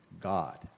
God